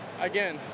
again